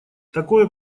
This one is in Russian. такое